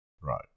right